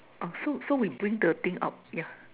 oh so so we bring the thing out yeah